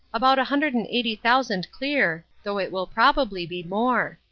about a hundred and eighty thousand clear, though it will probably be more.